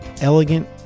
elegant